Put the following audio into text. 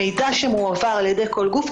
המידע שמועבר על ידי כל גוף,